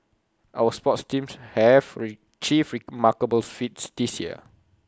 our sports teams have achieved remarkable feats this year